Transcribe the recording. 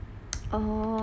orh